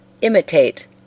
Imitate